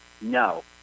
no